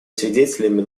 свидетелями